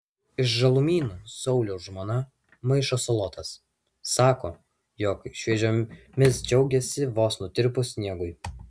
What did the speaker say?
iš žalumynų sauliaus žmona maišo salotas sako jog šviežiomis džiaugiasi vos nutirpus sniegui